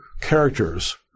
characters